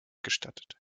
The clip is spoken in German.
gestattet